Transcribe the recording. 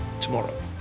tomorrow